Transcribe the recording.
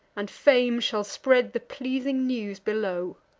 and fame shall spread the pleasing news below.